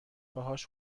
باهاش